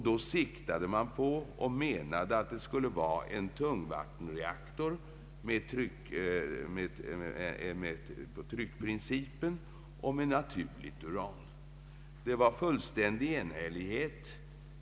Då siktade man på en tungvattenreaktor med tryckprincipen och med naturligt uran.